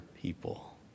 people